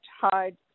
hide